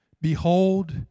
Behold